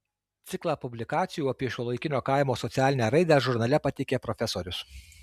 ciklą publikacijų apie šiuolaikinio kaimo socialinę raidą žurnale pateikė profesorius